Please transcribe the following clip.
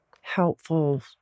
helpful